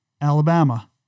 Alabama